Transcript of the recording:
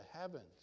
heavens